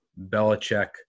Belichick